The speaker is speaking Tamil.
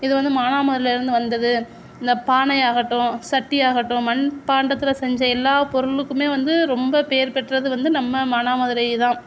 இது வந்து மானாமதுரையில் இருந்து வந்தது இந்த பானை ஆகட்டும் சட்டி ஆகட்டும் மண்பாண்டத்தில் செஞ்ச எல்லா பொருளுக்கும் வந்து ரொம்ப பேர் பெற்றது வந்து நம்ம மானாமதுரை தான்